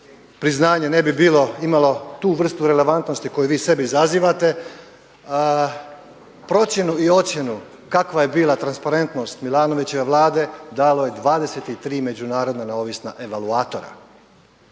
priznanje ne bi bilo imalo tu vrstu relevantnosti koju vi sebi zazivate. Kakva je bila transparentnost Milanovićeve Vlade dalo je 23 međunarodna neovisna evaluatora.